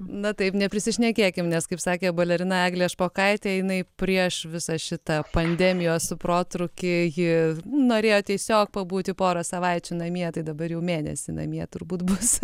na taip neprisišnekėkim nes kaip sakė balerina eglė špokaitė jinai prieš visą šitą pandemijos protrūkį ji norėjo tiesiog pabūti porą savaičių namie tai dabar jau mėnesį namie turbūt bus